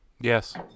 Yes